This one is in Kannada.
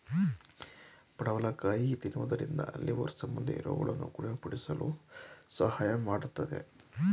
ಪಡವಲಕಾಯಿ ತಿನ್ನುವುದರಿಂದ ಲಿವರ್ ಸಂಬಂಧಿ ರೋಗಗಳನ್ನು ಗುಣಪಡಿಸಲು ಸಹಾಯ ಮಾಡತ್ತದೆ